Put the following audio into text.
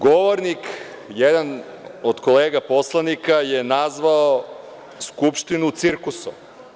Govornik, jedan od kolega poslanika je nazvao Skupštinu cirkusom.